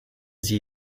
sie